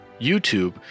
YouTube